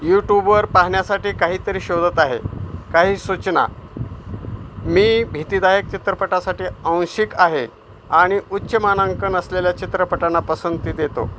यूटूबवर पाहण्यासाठी काहीतरी शोधत आहे काही सूचना मी भीतीदायक चित्रपटांसाठी आंशिक आहे आणि उच्च मानांकन असलेल्या चित्रपटांना पसंती देतो